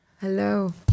hello